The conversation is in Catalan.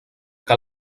que